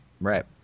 right